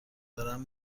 دارم